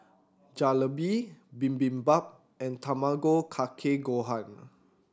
Jalebi Bibimbap and Tamago Kake Gohan